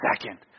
second